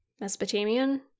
Mesopotamian